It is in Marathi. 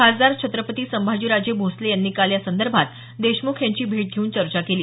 खासदार छत्रपती संभाजी राजे भोसले यांनी काल या संदर्भात देशमुख यांची भेट घेऊन चर्चा केली